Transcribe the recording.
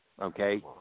Okay